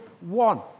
one